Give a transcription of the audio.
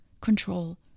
control